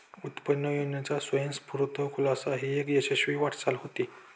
उत्पन्न योजनेचा स्वयंस्फूर्त खुलासा ही एक यशस्वी वाटचाल होती